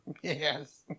Yes